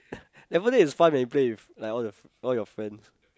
left for dead is fun when you play with like all all your friends